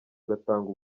agatanga